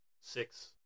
six